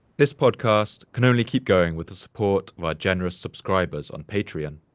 this podcast can only keep going with the support of our generous subscribers on patreon.